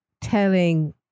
telling